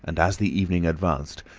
and as the evening advanced,